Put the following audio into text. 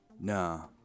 Nah